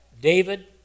David